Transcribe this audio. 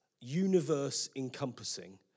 universe-encompassing